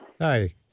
Hi